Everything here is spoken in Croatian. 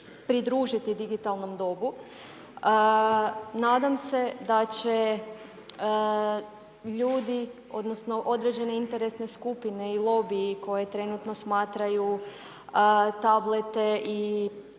pridružiti digitalnom dobu. Nadam se da će ljudi, odnosno određene interesne skupine i lobiji koje trenutno smatraju tablete i